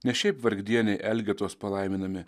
ne šiaip vargdieniai elgetos palaiminami